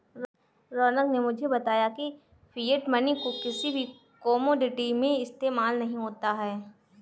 रौनक ने मुझे बताया की फिएट मनी को किसी भी कोमोडिटी में इस्तेमाल नहीं होता है